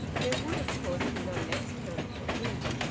there would of course be no next term for him,